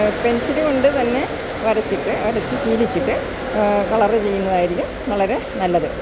pencil കൊണ്ട് തന്നെ വരച്ചിട്ട് വരച്ച് ശീലിച്ചിട്ട് കളര് ചെയ്യുന്നതായിരിക്കും വളരെ നല്ലത്